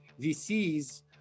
VCs